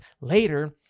later